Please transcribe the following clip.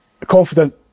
Confident